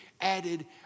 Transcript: added